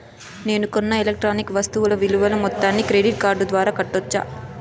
నేను కొన్న ఎలక్ట్రానిక్ వస్తువుల విలువ మొత్తాన్ని క్రెడిట్ కార్డు ద్వారా కట్టొచ్చా?